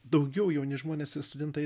daugiau jauni žmonės ir studentai